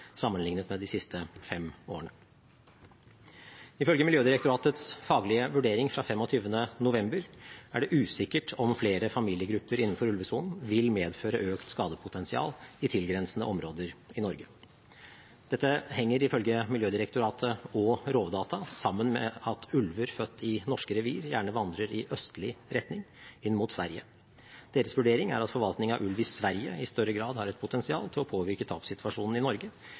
sammenlignet med de siste fem årene. Ifølge Miljødirektoratets faglige vurdering fra 25. november er det usikkert om flere familiegrupper innenfor ulvesonen vil medføre økt skadepotensial i tilgrensende områder i Norge. Dette henger ifølge Miljødirektoratet og Rovdata sammen med at ulver født i norske revir gjerne vandrer i østlig retning, inn mot Sverige. Deres vurdering er at forvaltning av ulv i Sverige i større grad har et potensial til å påvirke tapssituasjonen i Norge